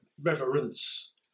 Reverence